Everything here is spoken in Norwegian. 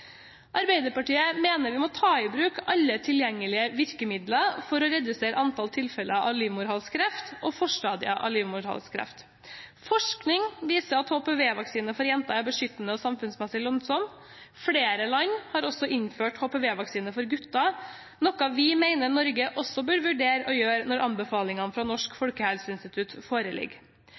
Arbeiderpartiet mener vi må ta i bruk alle tilgjengelige virkemidler for å redusere antallet tilfeller av livmorhalskreft og forstadier til livmorhalskreft. Forskning viser at HPV-vaksine for jenter er beskyttende og samfunnsmessig lønnsomt. Flere land har også innført HPV-vaksine for gutter, noe vi mener også Norge bør vurdere å gjøre når anbefalingene fra Norsk folkehelseinstitutt foreligger.